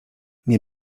nie